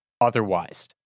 otherwise